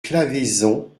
claveyson